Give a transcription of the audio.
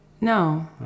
No